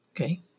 okay